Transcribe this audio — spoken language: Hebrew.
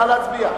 נא להצביע.